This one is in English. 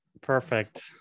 perfect